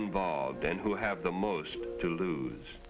involved then who have the most to lose